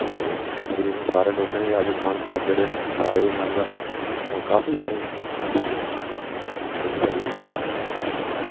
ते तकरीबन सारें लोकें गै आयुषमान कार्ड जेह्के न बनाए दे न अजकल ते काफी असें गी जेह्ड़ी ऐ सुविधा जेह्ड़ी ऐ मिलदी ऐ